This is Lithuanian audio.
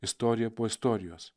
istorija po istorijos